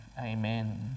Amen